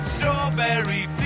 Strawberry